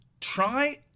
Try